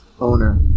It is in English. owner